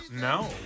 No